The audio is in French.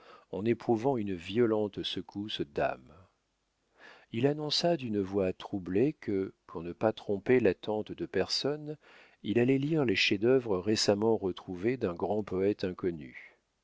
en éprouvant une violente secousse d'âme il annonça d'une voix troublée que pour ne tromper l'attente de personne il allait lire les chefs-d'œuvre récemment retrouvés d'un grand poète inconnu